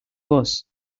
bus